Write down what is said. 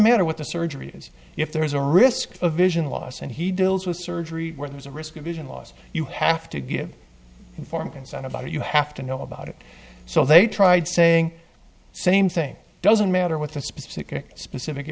matter what the surgery is if there is a risk of vision loss and he deals with surgery where there's a risk of vision loss you have to give informed consent about it you have to know about it so they tried saying same thing doesn't matter what the specific specific